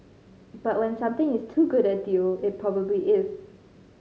but when something is too good a deal it probably is